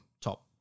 top